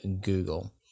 Google